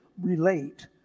relate